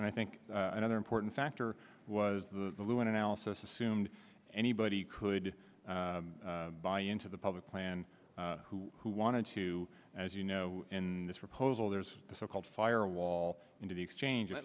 and i think another important factor was the lewin analysis assumed anybody could buy into the public plan who wanted to as you know in this proposal there's the so called fire wall into the exchange